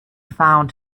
found